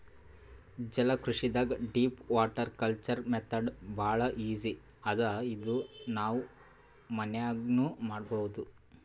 ಜಲಕೃಷಿದಾಗ್ deep water culture method ಭಾಳ್ easy ಅದಾ ಇದು ನಾವ್ ಮನ್ಯಾಗ್ನೂ ಮಾಡಬಹುದ್